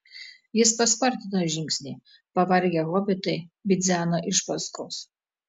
jis paspartino žingsnį pavargę hobitai bidzeno iš paskos